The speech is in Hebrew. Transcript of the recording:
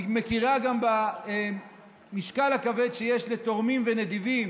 היא מכירה גם במשקל הכבד שיש לתורמים ונדיבים